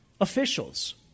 officials